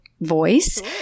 voice